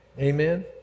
Amen